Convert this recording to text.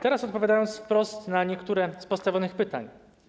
Teraz odpowiem wprost na niektóre z postawionych pytań.